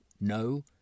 no